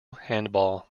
handball